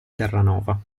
terranova